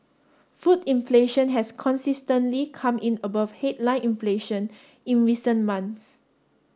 food inflation has consistently come in above headline inflation in recent months